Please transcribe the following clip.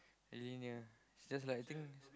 really near it's just like I think